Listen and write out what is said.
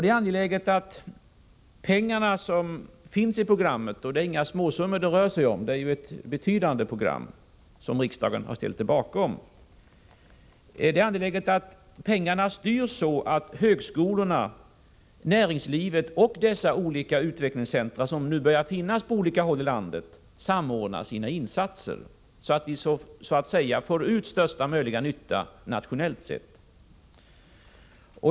Det är angeläget att de pengar som finns i programmet — det rör sig inte om några småsummor, utan det är ett betydande program som riksdagen har ställt sig bakom — styrs så att högskolorna, näringslivet och de olika utvecklingscentra som nu börjar finnas på olika håll i landet samordnar sina insatser så, att vi får ut största möjliga nytta nationellt sett.